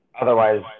Otherwise